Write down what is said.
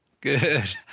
Good